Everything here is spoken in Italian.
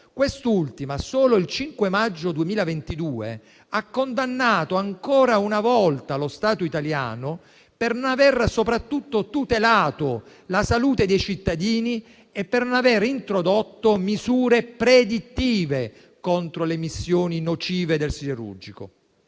quest'ultima solo il 5 maggio 2022 ha condannato ancora una volta lo Stato italiano per non aver soprattutto tutelato la salute dei cittadini e per non avere introdotto misure predittive contro le emissioni nocive del siderurgico.